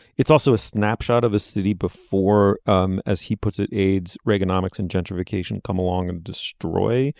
it's also a snapshot of a city before um as he puts it. aids reaganomics and gentrification come along and destroy